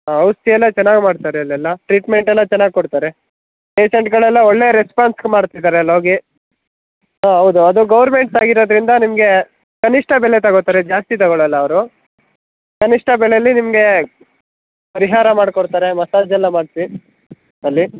ಹಾಂ ಔಷಧಿ ಎಲ್ಲ ಚೆನ್ನಾಗಿ ಮಾಡ್ತಾರೆ ಅಲ್ಲೆಲ್ಲ ಟ್ರೀಟ್ಮೆಂಟ್ ಎಲ್ಲ ಚೆನ್ನಾಗಿ ಕೊಡ್ತಾರೆ ಪೇಶಂಟ್ಗಳೆಲ್ಲ ಒಳ್ಳೆಯ ರೆಸ್ಪಾನ್ಸ್ ಮಾಡ್ತಿದ್ದಾರೆ ಅಲ್ಲಿ ಹೋಗಿ ಹಾಂ ಹೌದು ಅದು ಗೌರ್ಮೆಂಟ್ ಆಗಿರೋದ್ರಿಂದ ನಿಮಗೆ ಕನಿಷ್ಠ ಬೆಲೆ ತಗೊತಾರೆ ಜಾಸ್ತಿ ತಗೊಳ್ಳಲ್ಲ ಅವರು ಕನಿಷ್ಠ ಬೆಲೆಯಲ್ಲಿ ನಿಮಗೆ ಪರಿಹಾರ ಮಾಡಿಕೊಡ್ತಾರೆ ಮಸಾಜ್ ಎಲ್ಲ ಮಾಡಿಸಿ ಅಲ್ಲಿ